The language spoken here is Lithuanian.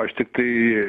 aš tiktai